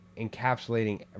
encapsulating